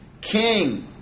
king